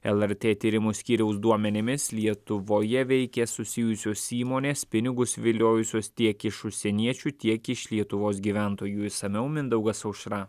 lrt tyrimų skyriaus duomenimis lietuvoje veikė susijusios įmonės pinigus viliojusius tiek iš užsieniečių tiek iš lietuvos gyventojų išsamiau mindaugas aušra